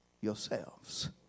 yourselves